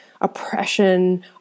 oppression